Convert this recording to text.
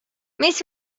mis